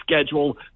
schedule